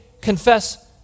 confess